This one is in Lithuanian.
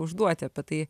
užduot apie tai